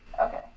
Okay